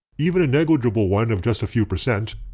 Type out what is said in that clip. even a negligible one of just a few percent,